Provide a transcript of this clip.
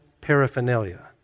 paraphernalia